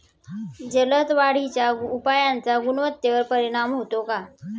जलद वाढीच्या उपायाचा गुणवत्तेवर परिणाम होतो का?